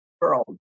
world